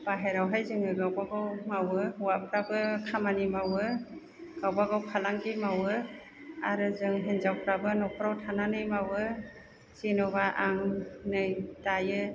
बाहेरायावहाय जोङो गावबा गाव मावो हौवाफ्राबो खामानि मावो गावबा गाव फालांगि मावो आरो जों हिन्जावफ्राबो नखराव थानानै मावो जेन'बा आं नै दायो